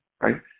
right